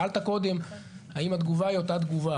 שאלת קודם, האם התגובה היא אותה תגובה?